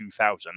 2000